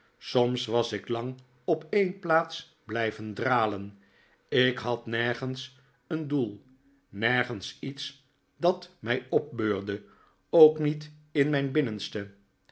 soms was ik lang op een plaats blijven dralen ik had nergens een doel nergens iets dat mij opbeurde ook niet in mijn binnenste